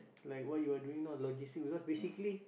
like what you are doing now logistic because basically